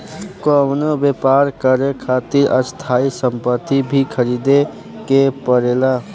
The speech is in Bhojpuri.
कवनो व्यापर करे खातिर स्थायी सम्पति भी ख़रीदे के पड़ेला